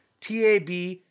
tab